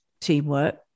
teamwork